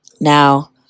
Now